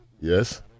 Yes